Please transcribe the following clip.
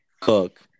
Cook